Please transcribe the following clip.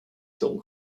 film